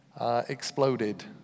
exploded